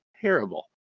terrible